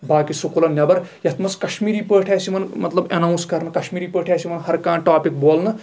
باقٕے سکوٗلن نٮ۪بر یَتھ منٛز کَشمیٖری پٲٹھۍ آسہِ یِمن مطلب ایناوس کَرُن مطلب کِشمیٖری پٲٹھۍ آسہِ یوان ہر کانٛہہ ٹاپِک بولنہٕ